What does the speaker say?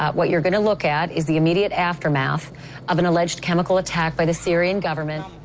what you're going to look at is the immediate aftermath of an alleged chemical attack by the syrian government